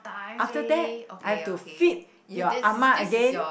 after that I have to feed your ah ma again